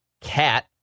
Cat